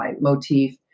motif